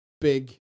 big